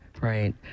right